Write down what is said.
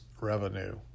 revenue